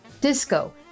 disco